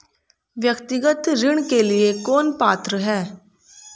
व्यक्तिगत ऋण के लिए कौन पात्र है?